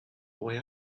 boy